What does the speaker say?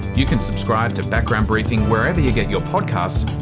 you can subscribe to background briefing wherever you get your podcasts,